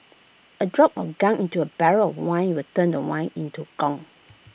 A drop of gunk into A barrel of wine will turn the wine into gunk